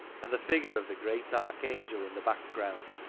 and the figure of the great archangel in the background,